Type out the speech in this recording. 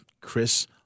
Chris